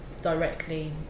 directly